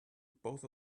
both